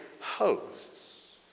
hosts